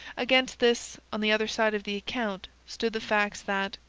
against this, on the other side of the account, stood the facts that,